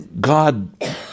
God